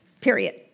Period